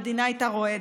המדינה הייתה רועדת.